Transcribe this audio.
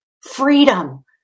freedom